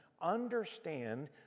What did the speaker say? understand